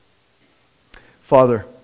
father